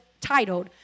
titled